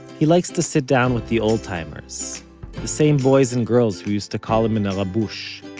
he likes to sit down with the oldtimers, the same boys and girls who used to call him an arabush,